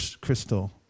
crystal